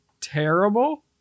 Terrible